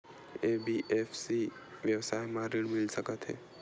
NBFC व्यवसाय मा ऋण मिल सकत हे